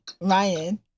Ryan